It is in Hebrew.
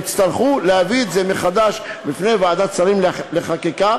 יצטרכו להביא את זה מחדש בפני ועדת שרים לחקיקה,